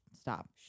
stop